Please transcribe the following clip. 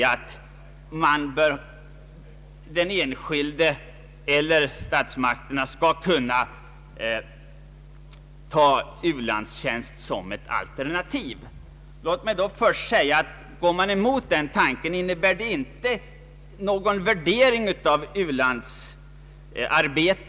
Man anser att den enskilde eller statsmakterna skall kunna ta ulandstjänst som ett alternativ. Låt mig då först säga att om vi går emot den tanken, innebär det inte någon negativ värdering av u-landsarbetet.